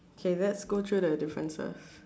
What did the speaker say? okay let's go through the differences